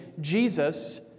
Jesus